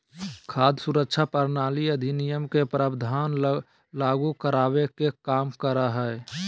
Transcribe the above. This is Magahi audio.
खाद्य सुरक्षा प्रणाली अधिनियम के प्रावधान लागू कराय के कम करा हइ